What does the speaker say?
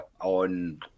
on